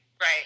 right